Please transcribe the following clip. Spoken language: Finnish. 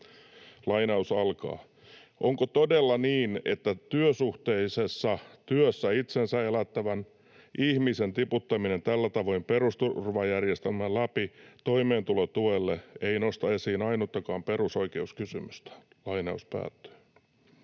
”Onko todella niin, että työsuhteisessa työssä itsensä elättävän ihmisen tiputtaminen tällä tavoin perusturvajärjestelmän läpi toimeentulotuelle ei nosta esiin ainuttakaan perusoikeuskysymystä?” Viittasin